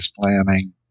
planning